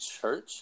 church